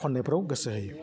खन्नायफ्राव गोसो होयो